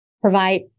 provide